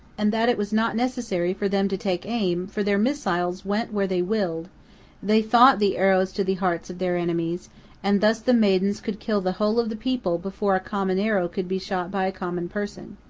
and that it was not necessary for them to take aim, for their missiles went where they willed they thought the arrows to the hearts of their enemies and thus the maidens could kill the whole of the people before a common arrow could be shot by a common person.